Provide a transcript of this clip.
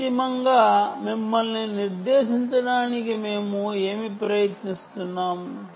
అంతిమంగా మిమ్మల్ని నిర్దేశించడానికి మేము ఏమి ప్రయత్నిస్తున్నాము